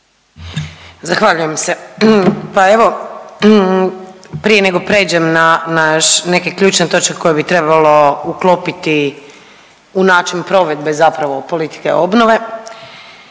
Zahvaljujem se. Pa evo, prije nego pređem na neke ključne točke koje bi trebalo uklopiti u način provedbe zapravo politike obnove,